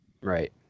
Right